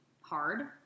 hard